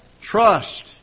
Trust